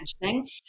mentioning